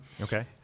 okay